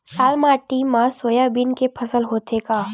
लाल माटी मा सोयाबीन के फसल होथे का?